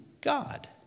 God